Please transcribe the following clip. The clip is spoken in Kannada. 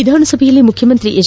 ವಿಧಾನಸಭೆಯಲ್ಲಿ ಮುಖ್ಯಮಂತ್ರಿ ಎಚ್